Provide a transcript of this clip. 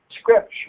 Scripture